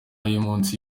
y’umunsi